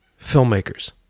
filmmakers